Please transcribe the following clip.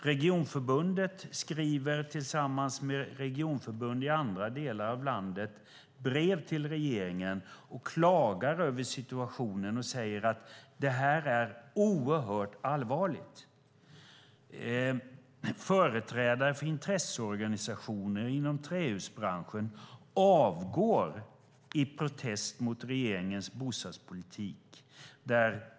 Regionförbundet hos oss och regionförbund i andra delar av landet skriver brev till regeringen där de klagar över situationen och säger att den är oerhört allvarlig. Företrädare för intresseorganisationer inom trähusbranschen avgår i protest mot regeringens bostadspolitik.